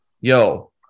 yo